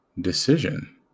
decision